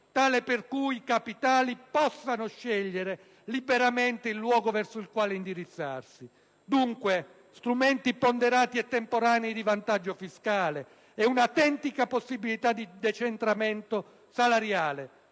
tale per cui i capitali possano scegliere liberamente il luogo verso il quale indirizzarsi. Dunque, strumenti ponderati e temporanei di vantaggio fiscale e un'autentica possibilità di decentramento salariale,